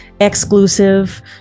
exclusive